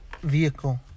vehicle